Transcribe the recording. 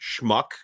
schmuck